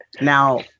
now